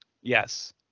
Yes